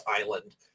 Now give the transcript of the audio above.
island